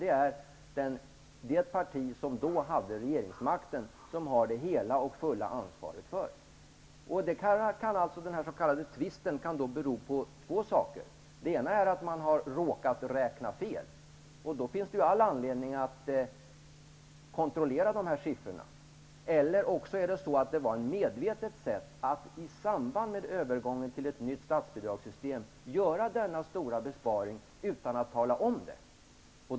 Det är det parti som då hade regeringsmakten som har det hela och fulla ansvaret. Den här s.k. tvisten kan då bero på två saker. Antingen har man råkat räkna fel, och då finns det ju all anledning att kontrollera siffrorna. Eller också var det ett medvetet sätt att i samband med övergången till ett nytt statsbidragssystem göra denna stora besparing utan att tala om det.